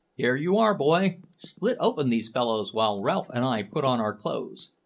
here you are, boy! split open these fellows while ralph and i put on our clothes.